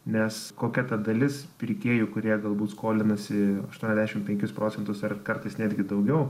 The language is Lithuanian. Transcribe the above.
nes kokia ta dalis pirkėjų kurie galbūt skolinasi aštuoniasdešimt penkis procentus ar kartais netgi daugiau